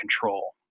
control